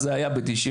פרי.